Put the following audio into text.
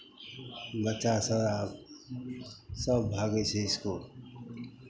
बच्चासभ आब सभ भागै छै इसकुल